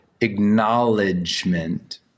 acknowledgement